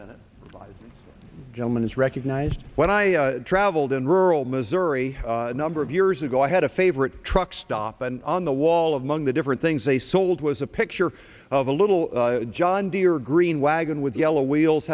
a gentleman is recognized when i traveled in rural missouri a number of years ago i had a favorite truckstop and on the wall of monk the different things they sold was a picture of a little john deere green wagon with yellow wheels